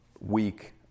week